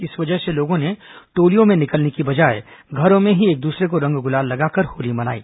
इस वजह से लोगों ने टोलियों में निकलने की बजाय घरों में ही एक दूसरे को रंग गुलाल लगाकर होली मनाई